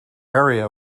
area